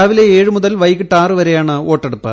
രാവിലെ ഏഴ് മുതൽ വൈകിട്ട് ആറ് വരെയാണ് വോട്ടെടുപ്പ്